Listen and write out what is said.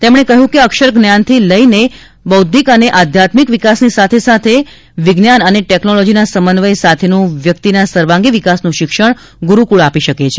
તેમણે કહ્યૂં કે અક્ષરજ્ઞાનથી લઈને બૈદ્વિક અને આધ્યાત્મિક વિકાસની સાથે વિજ્ઞાન તથા ટેકનોલોજીના સમન્વય સાથેનું વ્યક્તિના સર્વાંગી વિકાસનું શિક્ષણ ગુરૂકુળ આપી શકે છે